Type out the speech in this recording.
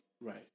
Right